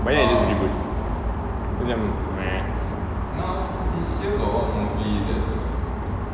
but then is just reboot so macam